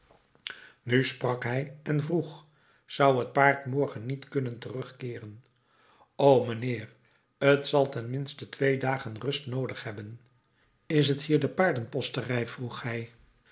nu sprak hij en vroeg zou het paard morgen niet kunnen terugkeeren o mijnheer t zal ten minste twee dagen rust noodig hebben is t hier de paardenposterij vroeg hij